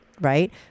right